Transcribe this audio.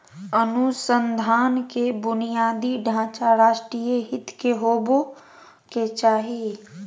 अनुसंधान के बुनियादी ढांचा राष्ट्रीय हित के होबो के चाही